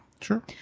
sure